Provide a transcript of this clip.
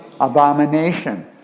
Abomination